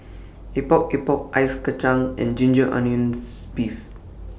Epok Epok Ice Kacang and Ginger Onions Beef